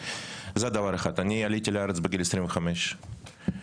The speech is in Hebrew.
וזה כמובן הסיפור המפורסם מלפני שנתיים עם חברי הכנסת אבוטבול,